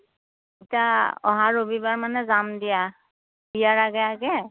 এতিয়া অহা ৰবিবাৰ মানে যাম দিয়া বিয়াৰ আগে আগে